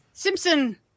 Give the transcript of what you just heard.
Simpson